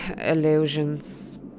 illusions